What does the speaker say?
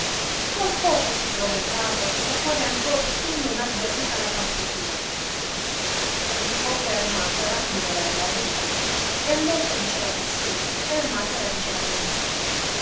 cosa si trova in casa della quale ancor tu non abbi avuta la parte tua rispose ermacora non averla avuta e andolfo diceva che sì e ermacora diceva che no